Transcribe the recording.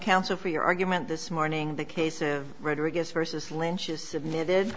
counsel for your argument this morning the case of rhetoric gets versus lynches submitted